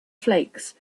flakes